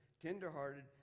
tenderhearted